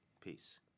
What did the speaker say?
Peace